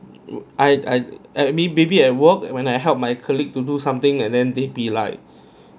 I I I maybe at work when I help my colleague to do something and then they be like